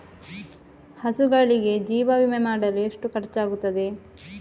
ಹಸುಗಳಿಗೆ ಜೀವ ವಿಮೆ ಮಾಡಲು ಎಷ್ಟು ಖರ್ಚಾಗುತ್ತದೆ?